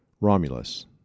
Romulus